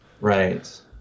right